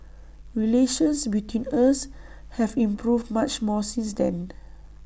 relations between us have improved much more since then